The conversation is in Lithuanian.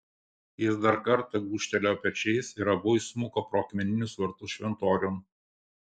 jis dar kartą gūžtelėjo pečiais ir abu įsmuko pro akmeninius vartus šventoriun